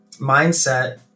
mindset